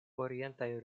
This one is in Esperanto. orientaj